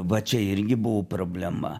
va čia irgi buvo problema